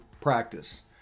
practice